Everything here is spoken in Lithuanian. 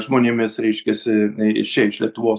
žmonėmis reiškiasi iš čia iš lietuvos